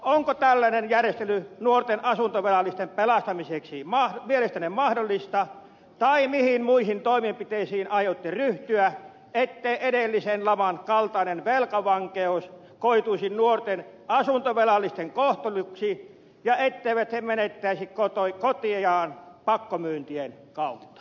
onko tällainen järjestely nuorten asuntovelallisten pelastamiseksi mielestänne mahdollista tai mihin muihin toimenpiteisiin aiotte ryhtyä ettei edellisen laman kaltainen velkavankeus koituisi nuorten asuntovelallisten kohtaloksi ja etteivät he menettäisi kotiaan pakkomyyntien kautta